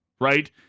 right